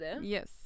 Yes